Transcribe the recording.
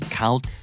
count